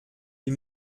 die